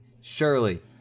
surely